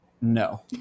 no